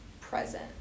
present